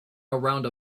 around